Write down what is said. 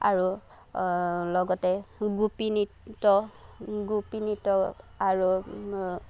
আৰু লগতে গোপী নৃত্য গোপী নৃত্য আৰু